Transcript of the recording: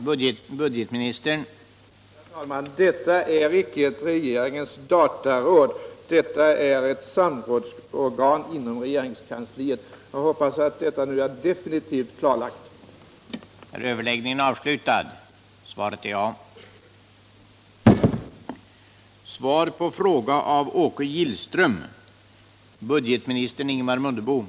Nr 39 Herr talman! Detta är icke ett regeringens dataråd — det är ett sam Fredagen den rådsorgan inom regeringskansliet. Jag hoppas att detta nu är definitivt 2 december 1977 klarlagt. Om ett nytt Överläggningen var härmed slutad. arbetstidsavtal för lärare